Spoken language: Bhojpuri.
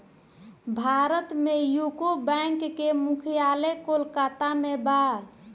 भारत में यूको बैंक के मुख्यालय कोलकाता में बा